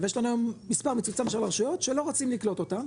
ויש לנו היום מספר מצומצם של רשויות שלא רוצים לקלוט אותם,